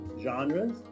genres